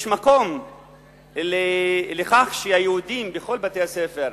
יש מקום לכך שהיהודים בכל בתי-הספר,